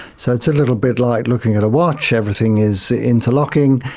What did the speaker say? so it's a little bit like looking at a watch, everything is interlocking,